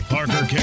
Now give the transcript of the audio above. Parker